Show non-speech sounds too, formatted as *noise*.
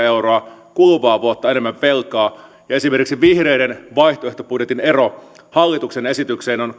*unintelligible* euroa kuluvaa vuotta enemmän velkaa esimerkiksi vihreiden vaihtoehtobudjetin ero hallituksen esitykseen on